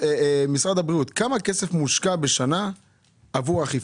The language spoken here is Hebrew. משרד הבריאות, כמה כסף מושקע בשנה בנושא האכיפה?